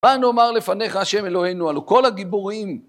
מה נאמר לפניך השם אלוהינו? הלא כל הגיבורים